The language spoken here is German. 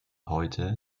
heute